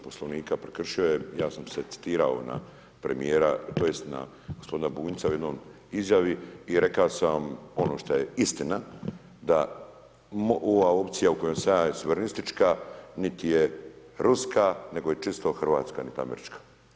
Poslovnika prekršio, ja sam se citirao na premjera, tj. na gospodina Bunjca u jednoj izjavi i rekao sam ono što je istina, da ova opcija u kojoj sam ja je suvremenistička, niti je ruska, nego je čisto hrvatska, niti američka.